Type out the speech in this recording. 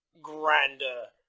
grander